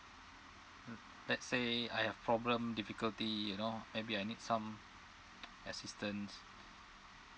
mm let's say I have problem difficulty you know maybe I need some assistance